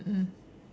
mm mm